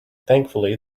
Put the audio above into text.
thankfully